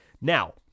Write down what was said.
Now